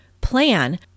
Plan